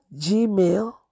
gmail